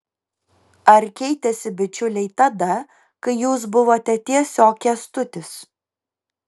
ar keitėsi bičiuliai tada kai jūs buvote tiesiog kęstutis